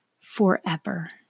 forever